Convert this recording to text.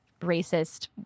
racist